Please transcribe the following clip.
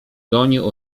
gonił